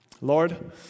Lord